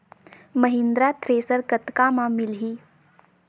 Mahindra thresher कतका म मिलही?